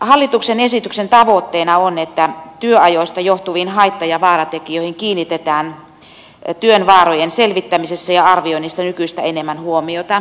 hallituksen esityksen tavoitteena on että työajoista johtuviin haitta ja vaaratekijöihin kiinnitetään työn vaarojen selvittämisessä ja arvioinnissa nykyistä enemmän huomiota